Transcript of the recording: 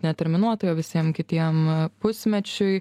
neterminuotai o visiem kitiem pusmečiui